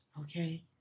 okay